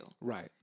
Right